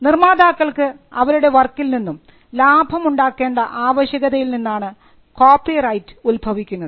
നിർമ്മാതാക്കൾക്ക് അവരുടെ വർക്കിൽ നിന്നും ലാഭം ഉണ്ടാക്കേണ്ട ആവശ്യകതയിൽ നിന്നാണ് കോപ്പിറൈറ്റ് ഉത്ഭവിക്കുന്നത്